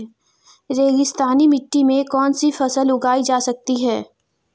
रेगिस्तानी मिट्टी में कौनसी फसलें उगाई जा सकती हैं?